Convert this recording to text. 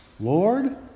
Lord